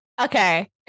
okay